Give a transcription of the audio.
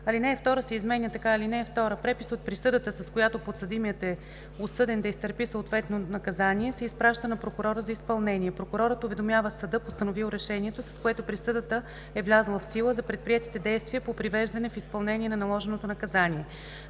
Алинея 2 се изменя така: „(2) Препис от присъдата, с която подсъдимият е осъден да изтърпи съответно наказание, се изпраща на прокурора за изпълнение. Прокурорът уведомява съда, постановил решението, с което присъдата е влязла в сила, за предприетите действия по привеждане в изпълнение на наложеното наказание.“